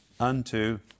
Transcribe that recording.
Unto